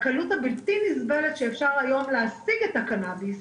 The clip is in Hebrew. הקלות הבלתי נסבלת שבה אפשר היום להשיג את הקנאביס,